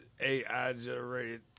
AI-generated